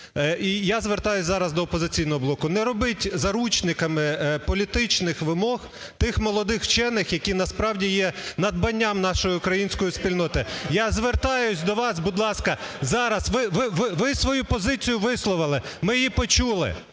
я звертаюся зараз до "Опозиційного блоку": не робіть заручниками політичних вимог тих молодих вчених, які насправді є надбанням нашої української спільноти. Я звертаюся до вас, будь ласка, ви свою позицію висловили, ми її почули,